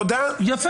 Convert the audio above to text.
יפה.